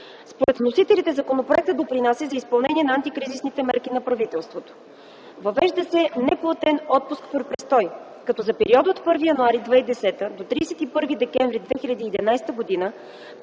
Според вносителите законопроектът допринася за изпълнението на антикризисните мерки на правителството. Въвежда се „неплатен отпуск при престой”, като за периода от 1 януари 2010 г. до 31 декември 2011 г.